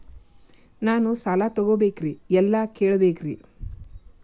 ನಾನು ಸಾಲ ತೊಗೋಬೇಕ್ರಿ ಎಲ್ಲ ಕೇಳಬೇಕ್ರಿ?